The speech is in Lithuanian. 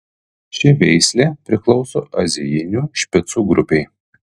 ši veislė priklauso azijinių špicų grupei